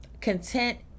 content